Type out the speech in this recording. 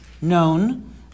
known